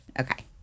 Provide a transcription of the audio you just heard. Okay